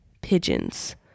pigeons